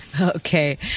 Okay